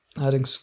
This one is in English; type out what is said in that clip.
adding